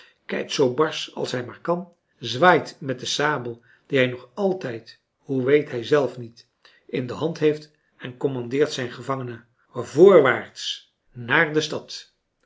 kijkt zoo barsch als hij maar kan zwaait met de sabel die hij nog altijd hoe weet hij zelf niet in de hand heeft en kommandeert zijn gevangene voorwaarts naar de stad